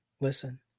Listen